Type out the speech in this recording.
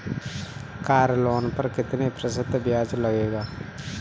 Car loan पर कितने प्रतिशत ब्याज लगेगा?